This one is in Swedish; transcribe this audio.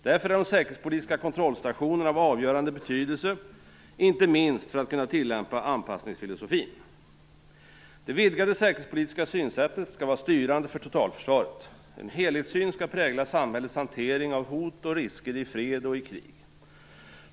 Därför är de säkerhetspolitiska kontrollstationerna av avgörande betydelse - inte minst för att vi skall kunna tillämpa anpassningsfilosofin. Det vidgade säkerhetspolitiska synsättet skall vara styrande för totalförsvaret. En helhetssyn skall prägla samhällets hantering av hot och risker i fred och i krig.